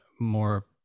more